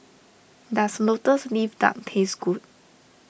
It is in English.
does Lotus Leaf Duck taste good